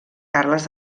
carles